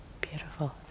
Beautiful